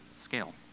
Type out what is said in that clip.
scale